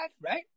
right